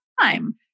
time